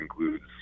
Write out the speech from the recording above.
includes